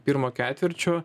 pirmo ketvirčio